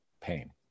pain